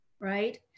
right